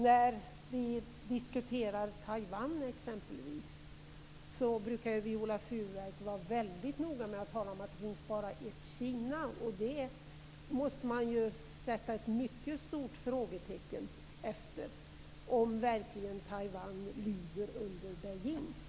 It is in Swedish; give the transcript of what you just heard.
När vi diskuterar exempelvis Taiwan brukar Viola Furubjelke vara väldigt noga med att tala om att det bara finns ett Kina. Dock måste man sätta ett mycket stort frågetecken för huruvida Taiwan verkligen lyder under Beijing.